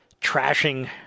trashing